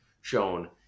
shown